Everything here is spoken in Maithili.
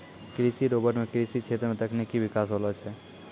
कृषि रोबोट सें कृषि क्षेत्र मे तकनीकी बिकास होलो छै